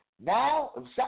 Now